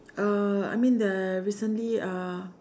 uh I mean there recently uh